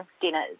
dinners